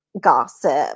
gossip